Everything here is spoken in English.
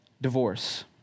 divorce